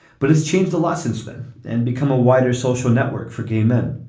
but it's changed a lot since then and become a wider social network for gay men.